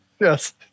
Yes